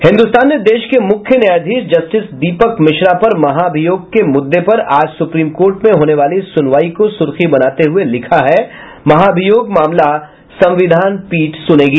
हिन्दुस्तान ने देश के मुख्य न्यायाधीश जस्टिस दीपक मिश्रा पर महाभियोग के मुद्दे पर आज सुप्रीम कोर्ट में होने वाली सुनवाई को सुर्खी बनाते हुए लिखा है महाभियोग मामला संविधान पीठ सुनेगी